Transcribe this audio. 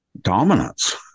dominance